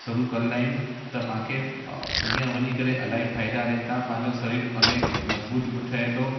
शुरू कंदा आहियूं त तव्हांखे अॻियां वञी करे इलाही फ़ाइदा रहनि था पंहिंजो शरीर इलाही मज़बूत बि ठहे थो